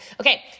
Okay